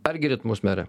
ar girdit mus mere